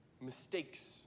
Mistakes